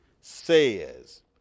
says